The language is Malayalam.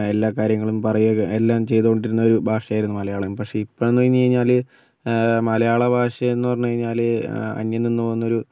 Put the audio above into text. എല്ലാ കാര്യങ്ങളും പറയുക എല്ലാം ചെയ്തുകൊണ്ടിരുന്ന ഒരു ഭാഷയായിരുന്നു മലയാളം പക്ഷേ ഇപ്പോൾ ഒന്നു പറഞ്ഞു കഴിഞ്ഞാൽ മലയാള ഭാഷയെന്ന് പറഞ്ഞു കഴിഞ്ഞാൽ അന്യം നിന്ന് പോകുന്നൊരു